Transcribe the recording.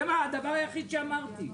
זה הדבר היחיד שאמרתי,